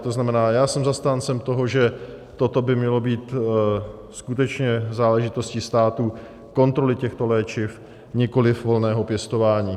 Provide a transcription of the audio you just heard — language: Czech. To znamená, já jsem zastáncem toho, že toto by mělo být skutečně záležitostí státu, kontroly těchto léčiv, nikoliv volného pěstování.